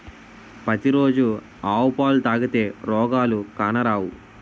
పతి రోజు ఆవు పాలు తాగితే రోగాలు కానరావు